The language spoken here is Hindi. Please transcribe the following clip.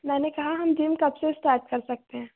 मैंने कहा हम जिम कब से स्टार्ट कर सकते हैं